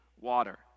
water